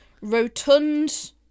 rotund